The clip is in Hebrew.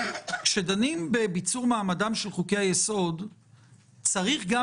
כשדנים בביצור מעמדם של חוקי-היסוד צריך גם